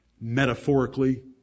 metaphorically